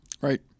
Right